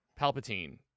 palpatine